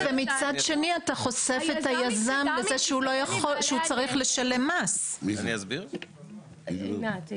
אם האוצר לא חושש מכך שיהיו שינויים משמעותיים במועד של